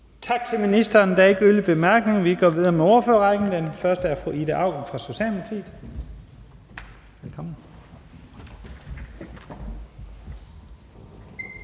Tak til ministeren. Der er ikke yderligere korte bemærkninger. Vi går videre i ordførerrækken. Den første er fru Ida Auken fra Socialdemokratiet. Velkommen.